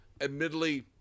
admittedly